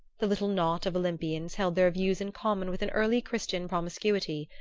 the little knot of olympians held their views in common with an early-christian promiscuity.